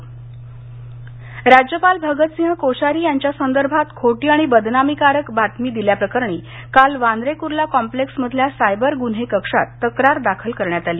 तक्रार बहन्मंबई राज्यपाल भगतसिंह कोश्यारी यांच्या संदर्भात खोटी आणि बदनामीकारक बातमी दिल्याप्रकरणी काल वांद्रे कुर्ला कॉंप्लेक्स मधल्या सायबर गुन्हे कक्षात तक्रार दाखल करण्यात आली